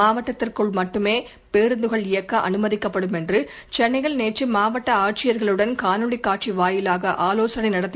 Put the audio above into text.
மாவட்டத்திற்குள் மட்டுமே பேருந்துகள் இயக்க அனுமதிக்கப்படும் என்று சென்னையில் நேற்று மாவட்ட ஆட்சியர்களுடன் காணொலி காட்சி வாயிலாக ஆலோசளை நடத்திய போது கூறினார்